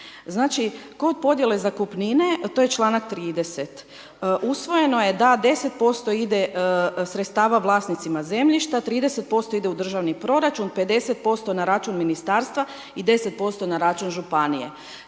Znači kod podjele zakupnine, to je članak 30., usvojeno je da 10% sredstava vlasnicima zemljišta, 30% ide u državni proračun, 50% na račun ministarstva i 10% na račun županije.